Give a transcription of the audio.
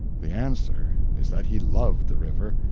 the answer is that he loved the river,